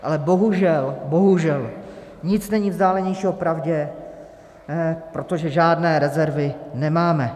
Ale bohužel, bohužel, nic není vzdálenějšího pravdě, protože žádné rezervy nemáme.